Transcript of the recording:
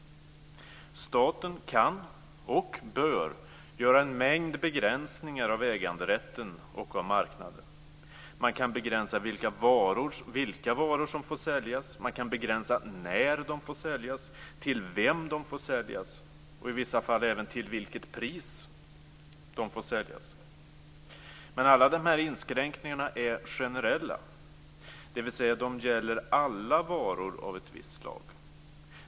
Staten kan, och bör, göra en mängd begränsningar av äganderätten och av marknaden. Man kan begränsa · till vem de får säljas och, i vissa fall, · till vilket pris de får säljas. Men alla dessa inskränkningar är generella, dvs. de gäller alla varor av ett visst slag.